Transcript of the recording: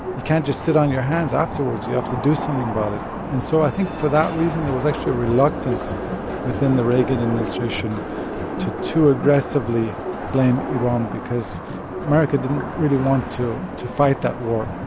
you can't just sit on your hands afterwards. you have to do something about it. and so i think for that reason, there was actually a reluctance within the reagan administration to to aggressively blame iran because america didn't really want to to fight that war